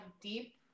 deep